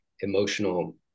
emotional